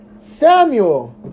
Samuel